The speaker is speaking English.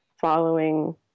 following